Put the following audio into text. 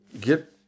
get